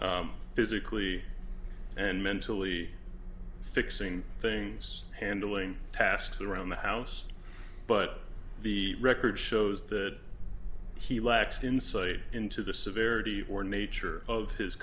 of physically and mentally fixing things handling tasks around the house but the record shows that he lacks insight into the severity or nature of his